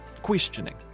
questioning